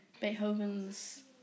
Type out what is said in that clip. Beethoven's